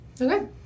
Okay